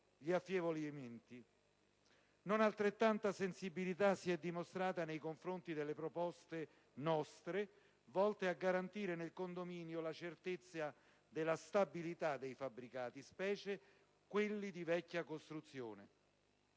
Non altrettanta sensibilità si è dimostrata nei confronti delle nostre proposte volte a garantire nel condominio la certezza della stabilità dei fabbricati, specie quelli di vecchia costruzione.